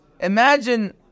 Imagine